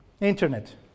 Internet